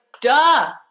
duh